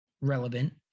relevant